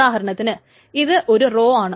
ഉദാഹരണത്തിന് ഇത് ഒരു റോയാണ്